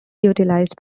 utilized